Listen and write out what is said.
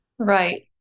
Right